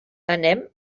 anem